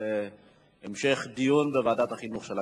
יש בהצעת החוק משום פגיעה בלימודי הליבה בכל מוסדות החינוך.